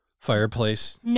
fireplace